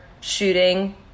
shooting